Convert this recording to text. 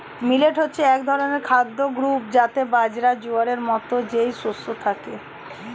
millet হচ্ছে এক ধরনের খাদ্য গ্রূপ যাতে বাজরা, জোয়ারের মতো যেই শস্য থাকে